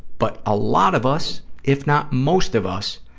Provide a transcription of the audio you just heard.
but a lot of us, if not most of us,